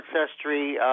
ancestry